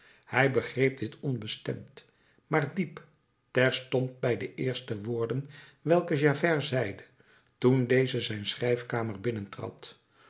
hij begreep dit onbestemd maar diep terstond bij de eerste woorden welke javert zeide toen deze zijn schrijfkamer